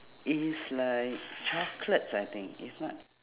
is like chocolates I think if not